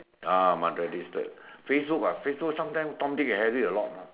ah must register Facebook ah Facebook sometimes Tom Dick and Harry a lot mah